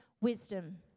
wisdom